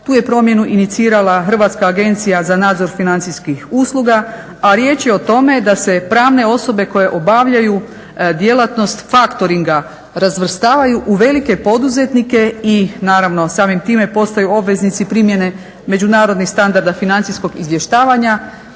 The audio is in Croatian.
tu je promjenu inicirala Hrvatska agencija za nadzor financijskih usluga a riječ je o tome da se pravne osobe koje obavljaju djelatnost factoringa razvrstavaju u velike poduzetnike i naravno samim time postaju obveznici primjene međunarodnih standarda financijskog izvještavanja